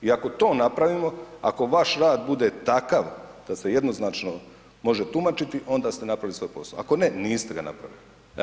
I ako to napravimo, ako vaš rad bude takav da se jednoznačno može tumačiti, onda ste napravili svoj posao, ako ne niste ga napravili.